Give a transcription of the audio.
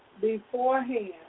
beforehand